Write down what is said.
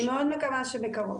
אני מאוד מקווה שבקרוב.